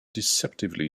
deceptively